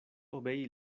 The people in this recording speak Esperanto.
obei